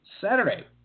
Saturday